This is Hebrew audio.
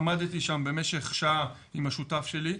עמדתי שם במשך שעה עם השותף שלי.